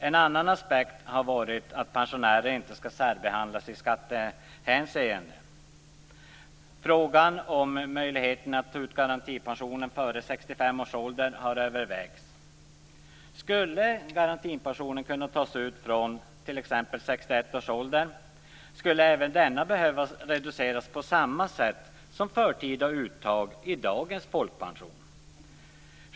En annan aspekt har varit att pensionärer inte skall särbehandlas i skattehänseende. Frågan om möjligheten att ta ut garantipensionen före 65 års ålder har övervägts. Skulle garantipensionen kunna tas ut från t.ex. 61 års ålder skulle även denna behöva reduceras på samma sätt som förtida uttag i dagens folkpension.